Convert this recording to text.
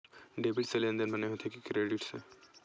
Debit से लेनदेन बने होथे कि क्रेडिट से?